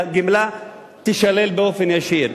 הגמלה תישלל באופן ישיר,